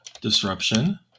disruption